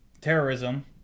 terrorism